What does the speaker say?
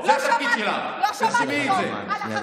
אני יושבת ליד, את יכולה לשבת, בבקשה?